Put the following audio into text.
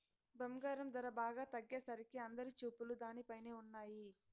బంగారం ధర బాగా తగ్గేసరికి అందరి చూపులు దానిపైనే ఉన్నయ్యి